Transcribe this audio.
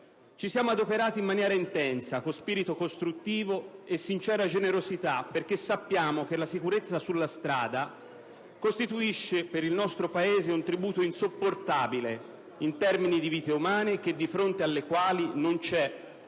Ci siamo adoperati in maniera intensa, con spirito costruttivo e con sincera generosità, perché sappiamo che dalla mancanza di sicurezza sulla strada deriva per il nostro Paese un tributo insopportabile in termini di vite umane, di fronte alle quali non c'è